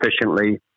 efficiently